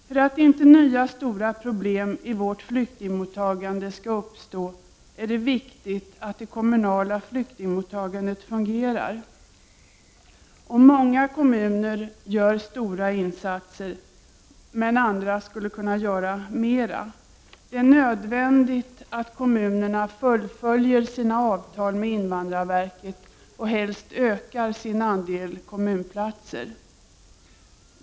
För att inte nya stora problem skall uppstå när det gäller vårt flyktingmottagande är det viktigt att det kommunala flyktingmottagandet fungerar. Många kommuner gör stora insatser, medan andra skulle kunna göra mer. Det är nödvändigt att kommunerna fullföljer sina avtal med invandrarverket och helst ökar sin andel kommunplatser.